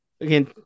again